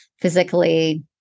physically